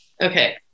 Okay